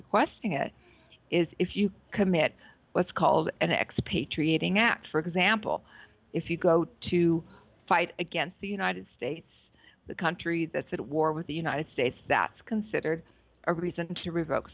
requesting it is if you commit what's called an expatriating act for example if you go to fight against the united states the country that's at war with the united states that's considered a reason to revoke